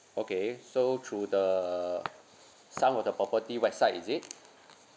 okay so through the some of the property website is it